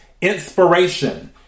Inspiration